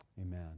Amen